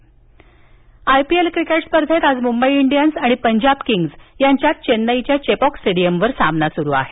I PL IPL cricket स्पर्धेत आज Mumbai Indians आणि पंजाब किंग्ज यांच्यात चेन्नईच्या चेपॉकस्टेडियमवर सामना सुरू आहे